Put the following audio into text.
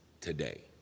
today